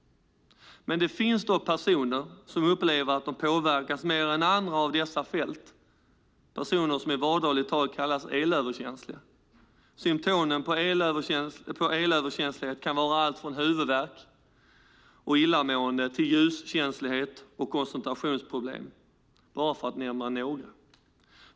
Det finns dock personer som upplever att de påverkas mer än andra av dessa fält, personer som i vardagligt tal kallas elöverkänsliga. Symtomen på elöverkänslighet kan vara allt från huvudvärk och illamående till ljuskänslighet och koncentrationsproblem, bara för att nämna några.